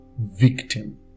victim